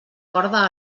corda